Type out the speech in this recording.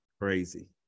crazy